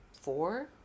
four